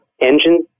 engine